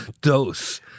dose